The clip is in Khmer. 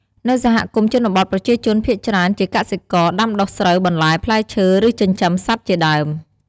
នៅសហគមន៍ជនបទប្រជាជនភាគច្រើនជាកសិករ ដាំដុះស្រូវ បន្លែ ផ្លែឈើ ឬចិញ្ចឹមសត្វជាដើម។